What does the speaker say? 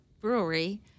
brewery